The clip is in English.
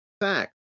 fact